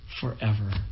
forever